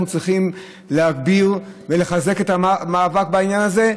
צריכים להגביר ולחזק את המאבק בעניין הזה,